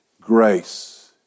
grace